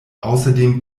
außerdem